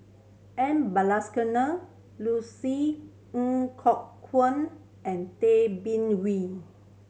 M Balakrishnan Ng Kok Kwang and Tay Bin Wee